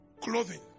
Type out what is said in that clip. clothing